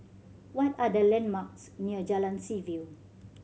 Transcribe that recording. what are the landmarks near Jalan Seaview